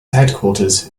headquarters